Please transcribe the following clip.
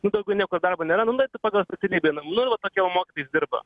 nu daugiau niekur darbo neranda pagal specialybę einam nu ir va tokie va mokytojais dirba